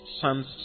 son's